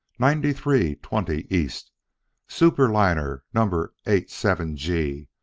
ninety-three twenty east superliner number eighty seven g,